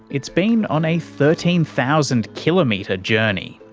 it's been on a thirteen thousand kilometre journey.